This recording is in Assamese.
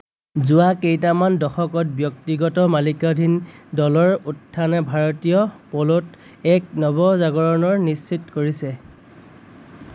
যোৱা কেইটামান দশকত ব্যক্তিগত মালিকানাধীন দলৰ উত্থানে ভাৰতীয় প'লত এক নৱজাগৰণ নিশ্চিত কৰিছে